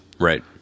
Right